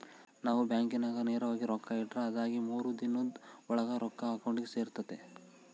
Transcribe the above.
ನಾವು ಬ್ಯಾಂಕಿನಾಗ ನೇರವಾಗಿ ರೊಕ್ಕ ಇಟ್ರ ಅದಾಗಿ ಮೂರು ದಿನುದ್ ಓಳಾಗ ರೊಕ್ಕ ಅಕೌಂಟಿಗೆ ಸೇರ್ತತೆ